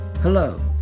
Hello